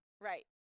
Right